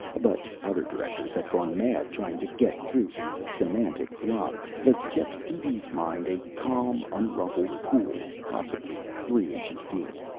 but other directors had gone mad trying to get through the semantic block that kept deedee's mind a calm, unruffled pool possibly three inches deep.